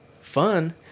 fun